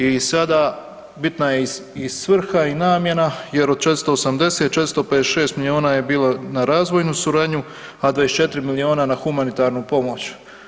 I sada bitna je i svrha i namjena jer od 480, 456 miliona je bilo na razvojnu suradnju, a 24 miliona na humanitarnu pomoć.